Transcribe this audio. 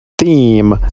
theme